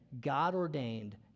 God-ordained